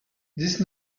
dix